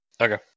Okay